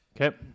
Okay